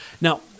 now